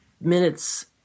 minutes